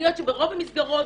אני יודעת שברוב המסגרות,